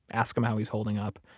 ask him how he's holding up,